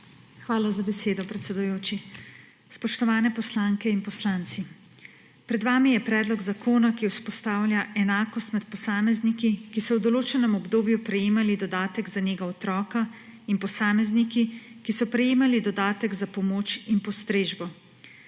Hvala za besedo, predsedujoči. Spoštovane poslanke in poslanci! Pred vami je predlog zakona, ki vzpostavlja enakost med posamezniki, ki so v določenem obdobju prejemali dodatek za nego otroka, in posamezniki, ki so prejemali dodatek za pomoč in postrežbo.